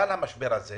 המשבר הזה